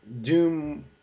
Doom